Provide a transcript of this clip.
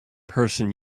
person